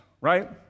right